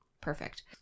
perfect